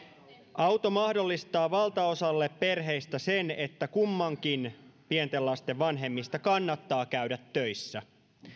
auto mahdollistaa valtaosalle perheistä sen että kummankin pienten lasten vanhemmista kannattaa käydä töissä